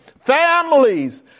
Families